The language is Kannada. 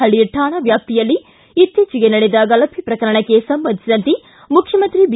ಹಳ್ಳಿ ಕಾಣಾ ವ್ಯಾಪ್ತಿಯಲ್ಲಿ ಇತ್ತೀಚಿಗೆ ನಡೆದ ಗಲಭೆ ಪ್ರಕರಣಕ್ಕೆ ಸಂಬಂಧಿಸಿದಂತೆ ಮುಖ್ಯಮಂತ್ರಿ ಬಿ